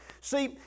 See